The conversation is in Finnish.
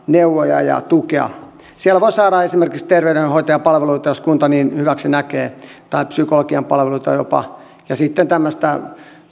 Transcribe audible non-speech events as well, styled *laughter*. *unintelligible* neuvoja ja tukea siellä voi saada esimerkiksi terveydenhoitajan palveluita jos kunta niin hyväksi näkee tai psykologin palveluita jopa ja sitten tämmöistä